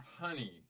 Honey